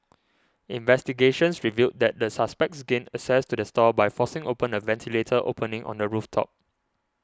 investigations revealed that the suspects gained access to the stall by forcing open a ventilator opening on the roof top